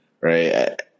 right